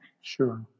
Sure